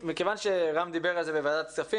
מכיוון שרם בן ברק דיבר על זה בוועדת הכספים,